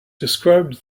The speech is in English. described